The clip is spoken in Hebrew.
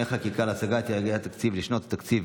חקיקה להשגת יעדי התקציב לשנות התקציב